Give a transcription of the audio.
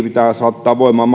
pitää saattaa voimaan